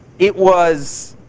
it was